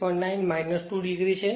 9 2 છે